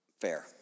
fair